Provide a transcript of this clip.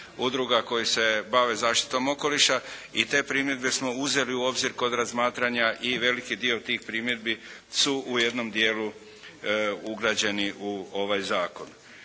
udruga koje se bave zaštitom okoliša i te primjedbe smo uzeli u obzir kod razmatranja i veliki dio tih primjedbi su ugrađeni u ovaj Zakon.